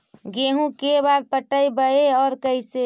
गेहूं के बार पटैबए और कैसे?